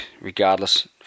regardless